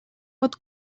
pot